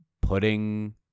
putting